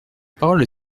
parole